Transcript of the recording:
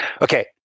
Okay